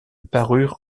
parure